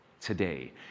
today